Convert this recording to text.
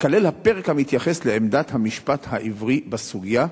ייכלל הפרק המתייחס לעמדת המשפט העברי בסוגיה,